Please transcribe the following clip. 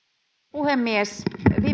puhemies viime vuosina